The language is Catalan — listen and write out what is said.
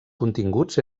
continguts